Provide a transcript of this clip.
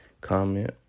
comment